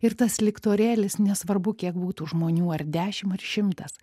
ir tas liktorėlis nesvarbu kiek būtų žmonių ar dešimt ar šimtas